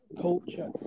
culture